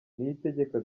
niyitegeka